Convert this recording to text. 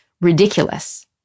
ridiculous